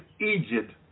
Egypt